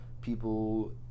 people